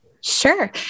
Sure